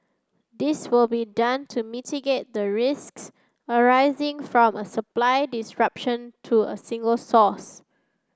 this will be done to mitigate the risks arising from a supply disruption to a single source